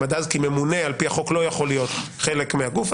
עד אז כי ממונה על פי החוק לא יכול להיות חלק מהגוף.